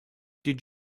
did